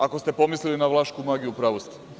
Ako ste pomislili na vlašku magiju, u pravu ste.